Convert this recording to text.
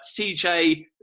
CJ